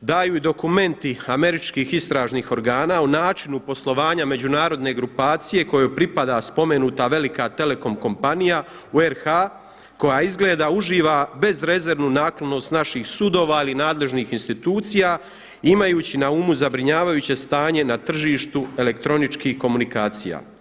daju i dokumenti američkih istražnih organa o načinu poslovanja međunarodne grupacije kojoj pripada spomenuta velika Telekom kompanija u RH koja izgleda uživa bezrezervnu naklonost naših sudova ili nadležnih institucija imajući na umu zabrinjavajuće stanje ne tržištu elektroničkih komunikacija.